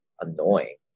annoying